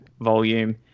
volume